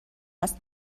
است